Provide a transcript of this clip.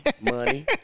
money